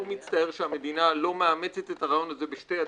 אני מאוד מצטער שהמדינה לא מאמצת את הרעיון הזה בשתי ידיים.